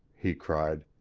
he cried.